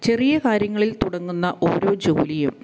ചെറിയ കാര്യങ്ങളിൽ തുടങ്ങുന്ന ഓരോ ജോലിയും